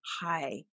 Hi